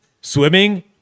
Swimming